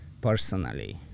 personally